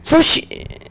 so she